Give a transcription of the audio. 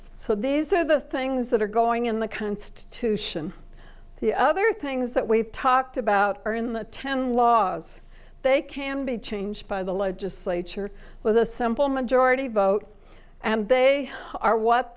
so these are the things that are going in the constitution the other things that we've talked about are in the ten laws they can be changed by the legislature with a simple majority vote and they are what